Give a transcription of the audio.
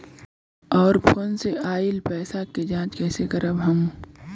और फोन से आईल पैसा के जांच कैसे करब हम?